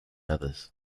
others